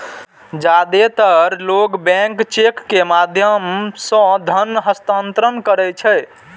जादेतर लोग bank cheque के माध्यम सं धन हस्तांतरण करै छै